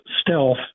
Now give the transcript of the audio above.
stealth